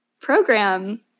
program